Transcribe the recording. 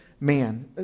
man